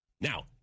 Now